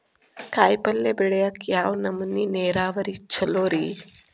ಕಾಯಿಪಲ್ಯ ಬೆಳಿಯಾಕ ಯಾವ್ ನಮೂನಿ ನೇರಾವರಿ ಛಲೋ ರಿ?